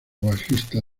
bajista